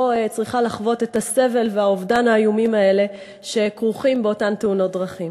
צריכה לחוות את הסבל והאובדן האיומים האלה שכרוכים באותן תאונות דרכים.